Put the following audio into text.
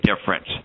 difference